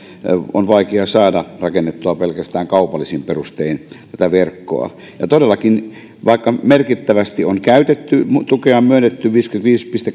on vaikea saada rakennettua pelkästään kaupallisin perustein tätä verkkoa ja todellakin vaikka merkittävästi on käytetty ja tukea on myönnetty viisikymmentäviisi pilkku